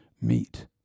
meet